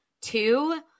two